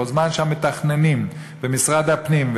כל זמן שהמתכננים במשרד הפנים,